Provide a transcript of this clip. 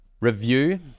review